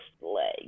leg